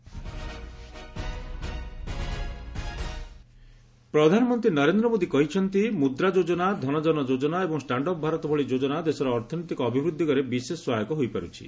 PM NITI Aayog ପ୍ରଧାନମନ୍ତ୍ରୀ ନରେନ୍ଦ୍ର ମୋଦି କହିଛନ୍ତି ମୂଦ୍ରା ଯୋଜନା ଧନକନ ଯୋକନା ଏବଂ ଷ୍ଟାଣ୍ଡ୍ଅପ୍ ଭାରତ ଭଳି ଯୋଜନା ଦେଶର ଅର୍ଥନୈତିକ ଅଭିବୃଦ୍ଧି ଦିଗରେ ବିଶେଷ ସହାୟକ ହୋଇ ପାର୍ଚ୍ଛି